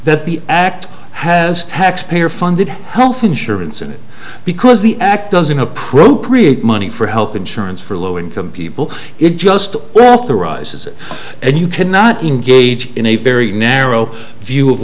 that the act has taxpayer funded health insurance and because the act doesn't appropriate money for health insurance for low income people it just wealth arises and you cannot engage in a very narrow view of